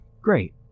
great